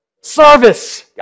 Service